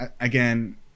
again